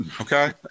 Okay